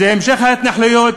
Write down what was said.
זה המשך ההתנחלויות,